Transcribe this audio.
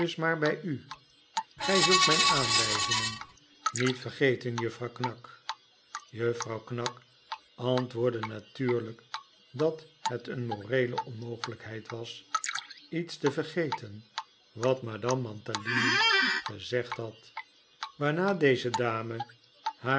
bij u gij zult mijn aanwijzingen niet vergeten juffrouw knag juffrouw knag antwoordde natuurlijk dat het een moreele onmogelijkheid was iets te vergeten wat madame mantalini gezegd had waarna deze dame